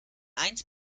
eins